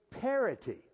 parity